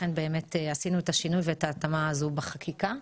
לכן עשינו את השינוי ואת ההתאמה הזו בחקיקה.